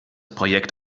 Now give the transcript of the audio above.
projekt